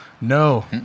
No